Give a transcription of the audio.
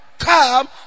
come